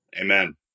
Amen